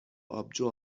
آبجو